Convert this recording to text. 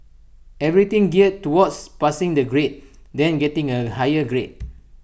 everything geared towards passing the grade then getting A higher grade